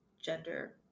gender